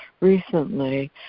recently